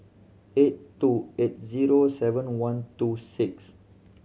eight two eight zero seven one two six